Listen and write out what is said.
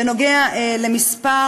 בנוגע למספר